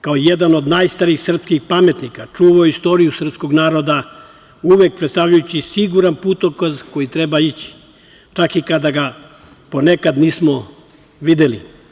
Kao jedan od najstarijih srpskih pametnika, čuva istoriju srpskog naroda, uvek predstavljajući siguran putokaz kojim treba ići, čak i kada ga ponekad nismo videli.